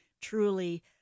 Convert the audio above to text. truly